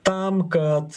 tam kad